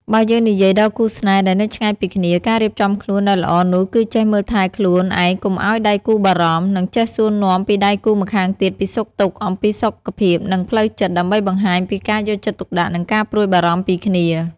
បើយើងនិយាយដល់គូរស្នេហ៍ដែលនៅឆ្ងាយពីគ្នា ការរៀបចំខ្លួនដែលល្អនោះគឺចេះមើលថែខ្លួនឯងកុំឱ្យដៃគូរបារម្ភ និងចេះសួរនាំពីដៃគូរម្ខាងទៀតពីសុខទុក្ខ អំពីសុខភាពនិងផ្លូវចិត្ត ដើម្បីបង្ហាញពីការយកទុកដាក់និងការព្រួយបារម្ភពីគ្នា។